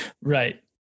Right